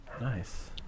Nice